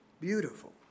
beautiful